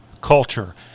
culture